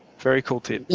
very cool tool.